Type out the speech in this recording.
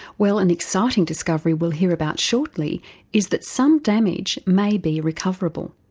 well an exciting discovery we'll hear about shortly is that some damage may be recoverable.